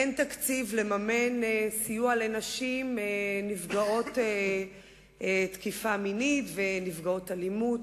אין תקציב לממן סיוע לנשים נפגעות תקיפה מינית ונפגעות אלימות.